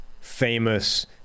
famous